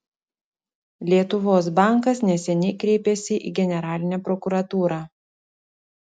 lietuvos bankas neseniai kreipėsi į generalinę prokuratūrą